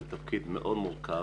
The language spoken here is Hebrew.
זה תפקיד מאוד מורכב.